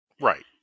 Right